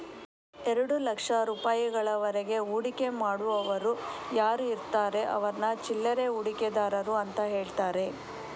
ಎರಡು ಲಕ್ಷ ರೂಪಾಯಿಗಳವರೆಗೆ ಹೂಡಿಕೆ ಮಾಡುವವರು ಯಾರು ಇರ್ತಾರೆ ಅವ್ರನ್ನ ಚಿಲ್ಲರೆ ಹೂಡಿಕೆದಾರರು ಅಂತ ಹೇಳ್ತಾರೆ